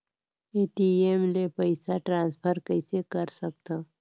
ATM ले पईसा transfer कइसे कर सकथव?